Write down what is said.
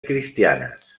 cristianes